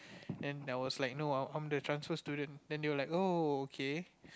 then I was like no I'm I'm the transfer student then they were like oh okay